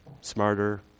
smarter